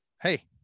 Hey